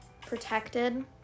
protected